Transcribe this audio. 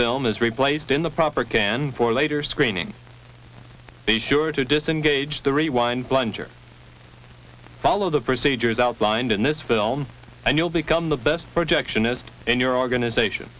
film is replaced in the proper can for later screening be sure to disengage the rewind blunder follow the procedures outlined in this film and you'll become the best projectionist in your organization